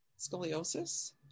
scoliosis